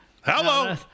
Hello